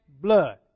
blood